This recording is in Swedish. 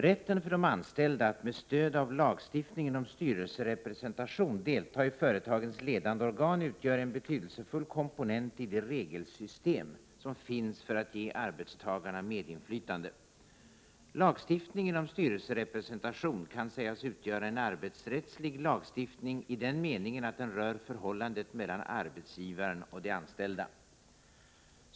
Rätten för de anställda att med stöd av lagstiftningen om styrelserepresentation delta i företagens ledande organ utgör en betydelsefull komponent i det regelsystem som finns för att ge arbetstagarna medinflytande. Lagstift ningen om styrelserepresentation kan sägas utgöra en arbetsrättslig lagstiftning i den meningen att den rör förhållandet mellan arbetsgivaren och de anställda.